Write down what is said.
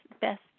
best